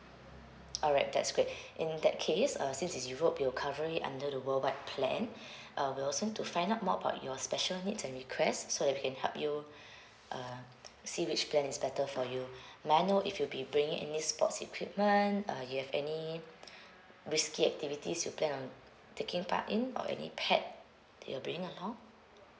alright that's great in that case uh since it's europe we'll cover it under the worldwide plan uh we'll set to find out more about your special needs and request so that we can help you uh see which plan is better for you may I know if you'll be bringing any sports equipment uh you have any risky activities you plan on taking part in or any pet that you're bringing along